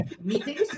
meetings